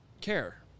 care